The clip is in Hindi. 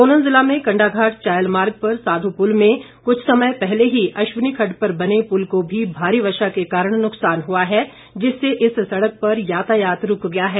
सोलन जिला में कंडाघाट चायल मार्ग पर साध्यपुल में कुछ समय पहले ही अश्वनी खड्ड पर बने पुल को भी भारी वर्षा के कारण नुकसान हुआ है जिससे इस सड़क पर यातायात रूक गया है